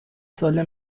ساله